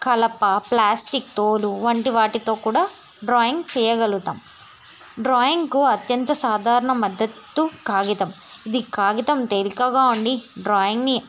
కలప ప్లాస్టిక్ తోలు వంటి వాటితో కూడా డ్రాయింగ్ చేయగలుగుతాం డ్రాయింగ్కు అత్యంత సాధారణ మద్దతు కాగితం ఇది కాగితం తేలికగా ఉండి డ్రాయింగ్ని